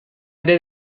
ere